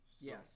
Yes